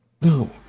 no